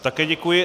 Také děkuji.